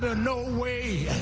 ah no way.